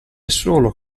solo